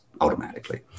automatically